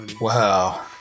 Wow